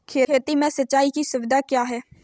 खेती में सिंचाई की सुविधा क्या है?